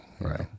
right